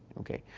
okay.